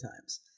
times